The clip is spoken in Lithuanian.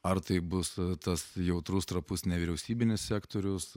ar tai bus tas jautrus trapus nevyriausybinis sektorius